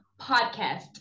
podcast